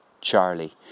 Charlie